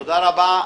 תודה רבה.